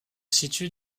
situe